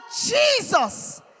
Jesus